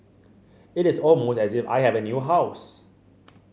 it is almost as if I have a new house